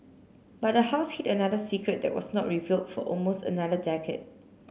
but the house hid another secret that was not reveal for almost another decade